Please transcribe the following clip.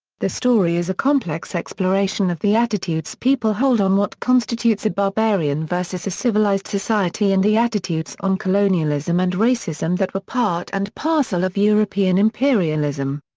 the story is a complex exploration of the attitudes people hold on what constitutes a barbarian versus a civilized society and the attitudes on colonialism and racism that were part and parcel of european imperialism.